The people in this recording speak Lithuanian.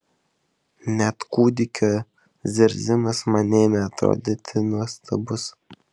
net kūdikio zirzimas man ėmė atrodyti nuostabus